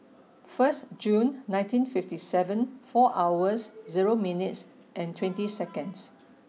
first Jun nineteen fifty seven four hours zero minutes and twenty second